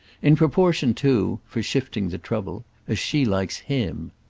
in proportion too for shifting the trouble as she likes him.